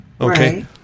Okay